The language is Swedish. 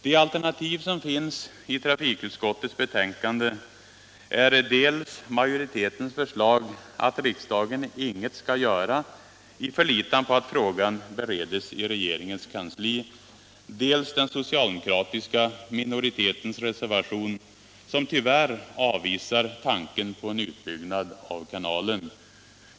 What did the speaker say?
De alternativ som finns i trafikutskottets betänkande är dels majoritetens förslag att riksdagen inget skall göra i förlitan på att frågan beredes i regeringens kansli, dels den socialdemokratiska minoritetens reservation som tyvärr avvisar tanken på en utbyggnad av kanalen. Herr talman!